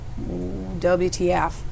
WTF